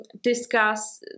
discuss